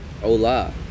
hola